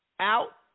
Out